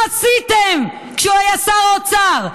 מה עשיתם כשהוא היה שר האוצר?